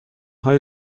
های